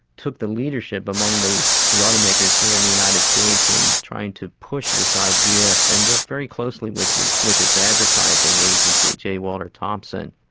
took the leadership among the the auto makers here in the united states, in trying to push this idea and worked very closely with with its advertising agency, j. walter thompson,